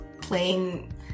playing